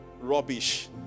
rubbish